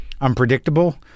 unpredictable